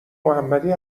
محمدی